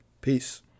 peace